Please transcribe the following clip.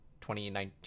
2019